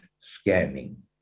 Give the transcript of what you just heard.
scanning